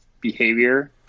behavior